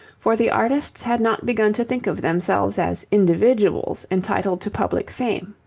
for the artists had not begun to think of themselves as individuals entitled to public fame.